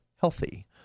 healthy